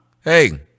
Hey